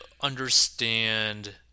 understand